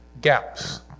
gaps